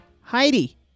Heidi